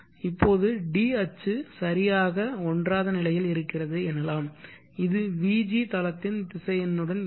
இப்போது d அச்சு சரியாக ஒன்றாத நிலையில் இருக்கிறது எனலாம் இது vg தளத்தின் திசையனுடன் இல்லை